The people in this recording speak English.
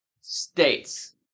states